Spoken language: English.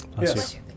Yes